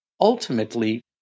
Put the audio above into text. ultimately